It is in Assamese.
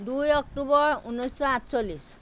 দুই অক্টোবৰ ঊনৈছশ আঠচল্লিছ